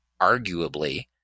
arguably